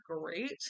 great